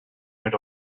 went